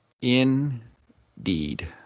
Indeed